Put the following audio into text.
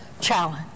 challenge